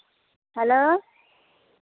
hello